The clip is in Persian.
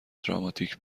دراماتیک